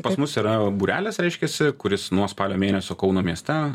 pas mus yra būrelis reiškiasi kuris nuo spalio mėnesio kauno mieste